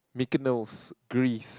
Mykonos Greece